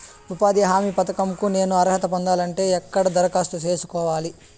ఉపాధి హామీ పథకం కు నేను అర్హత పొందాలంటే ఎక్కడ దరఖాస్తు సేసుకోవాలి?